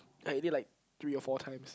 I ate like three or four times